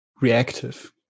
reactive